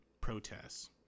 protests